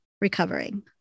recovering